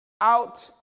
out